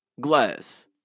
glass